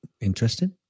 interesting